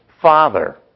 Father